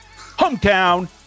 hometown